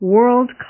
World